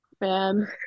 Man